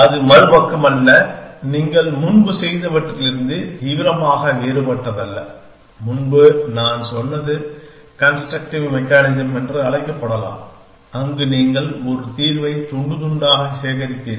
அது மறுபக்கம் அல்ல நீங்கள் முன்பு செய்தவற்றிலிருந்து தீவிரமாக வேறுபட்டதல்ல முன்பு நான் சொன்னது கன்ஸ்ட்ரக்டிவ் மெக்கானிசம் என்று அழைக்கப்படலாம் அங்கு நீங்கள் ஒரு தீர்வை துண்டு துண்டாக சேகரிப்பீர்கள்